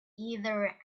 either